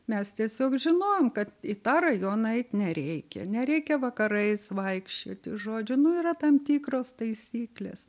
mes tiesiog žinojom kad į tą rajoną eit nereikia nereikia vakarais vaikščioti žodžiu nu yra tam tikros taisyklės